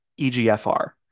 EGFR